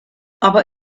aber